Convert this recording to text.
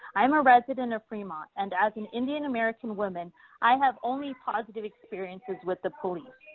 i am a resident of fremont, and as an indian american woman i have only positive experiences with the police.